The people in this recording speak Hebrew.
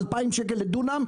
2,000 שקל לדונם,